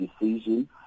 decision